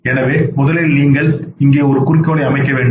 எனவே முதலில் நீங்கள் இங்கே ஒரு குறிக்கோளை அமைக்க வேண்டும்